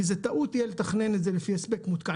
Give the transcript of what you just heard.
כי זאת תהיה טעות לתכנן את זה לפי הספק מותקן.